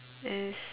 as